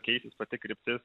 keisis pati kryptis